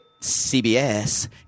CBS